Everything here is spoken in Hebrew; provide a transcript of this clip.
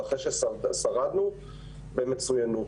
ואחרי ששרדנו - במצוינות.